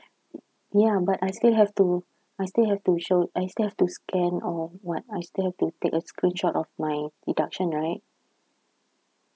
ya but I still have to I still have to show I still have to scan or [what] I still have to take a screenshot of my deduction right